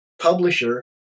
publisher